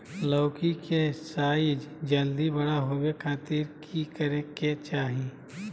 लौकी के साइज जल्दी बड़ा होबे खातिर की करे के चाही?